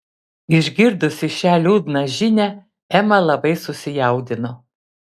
išgirdusi šią liūdną žinią ema labai susijaudino